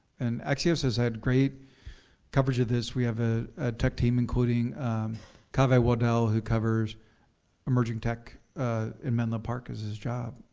and axios has had great coverage of this. we have a tech team including kaveh waddell who covers emerging tech and menlo park as his job.